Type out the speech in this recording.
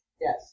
Yes